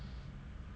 mm